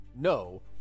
no